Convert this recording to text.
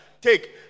Take